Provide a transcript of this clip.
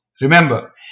Remember